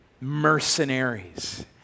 mercenaries